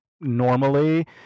normally